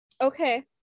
Okay